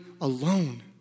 alone